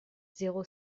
zéro